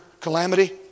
calamity